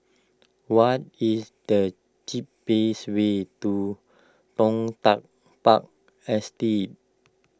what is the cheapest way to Toh Tuck Park Estate